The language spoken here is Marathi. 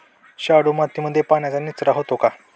शाडू मातीमध्ये पाण्याचा निचरा होतो का?